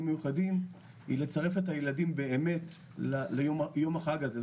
מיוחדים היא לצרף את הילדים באמת ליום החג הזה.